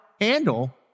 handle